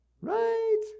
Right